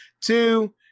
Two